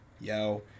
yo